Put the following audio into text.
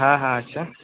হ্যাঁ হ্যাঁ আচ্ছা